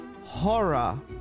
horror